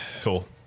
Cool